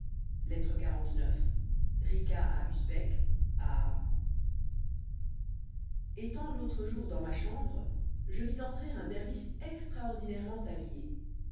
lettre xlix rica à usbek à é tant l'autre jour dans ma chambre je vis entrer un dervis extraordinairement habillé